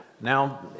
Now